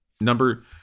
number